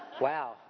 Wow